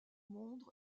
monde